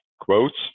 quotes